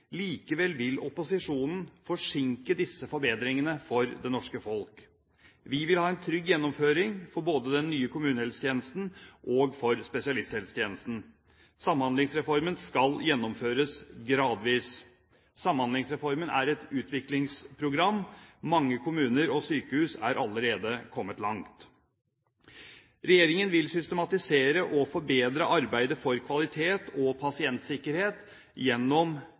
Likevel vil opposisjonen forsinke disse forbedringene for det norske folk. Vi vil ha en trygg gjennomføring av både den nye kommunehelsetjenesten og spesialisthelsetjenesten. Samhandlingsreformen skal gjennomføres gradvis. Samhandlingsreformen er et utviklingsprogram. Mange kommuner og sykehus er allerede kommet langt. Regjeringen vil systematisere og forbedre arbeidet for kvalitet og pasientsikkerhet gjennom